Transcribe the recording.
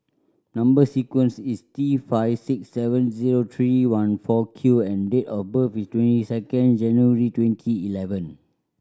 number sequence is T five six seven zero three one four Q and date of birth is twenty second January twenty eleven